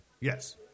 Yes